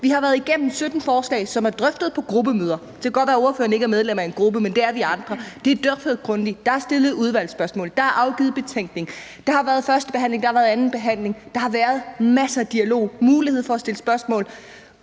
Vi har været igennem 17 forslag, som er drøftet på gruppemøder. Det kan godt være, at ordføreren ikke er medlem af en gruppe, men det er vi andre. Det er drøftet grundigt, der har været stillet udvalgsspørgsmål, og der er afgivet betænkning. Der været første behandling, der har været anden behandling, og der har været masser af dialog og mulighed for at stille spørgsmål,